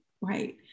right